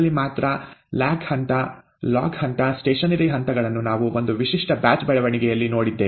lag ಹಂತ log ಹಂತ stationary ಹಂತಗಳನ್ನು ನಾವು ಒಂದು ವಿಶಿಷ್ಟ ಬ್ಯಾಚ್ ಬೆಳವಣಿಗೆಯಲ್ಲಿ ನೋಡಿದ್ದೇವೆ